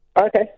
Okay